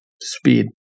speed